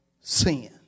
sin